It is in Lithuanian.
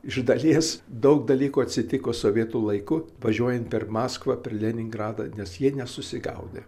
iš dalies daug dalykų atsitiko sovietų laiku važiuojant per maskvą per leningradą nes jie nesusigaudė